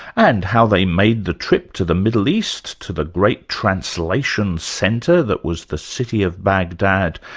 and how they made the trip to the middle east, to the great translation centre that was the city of baghdad,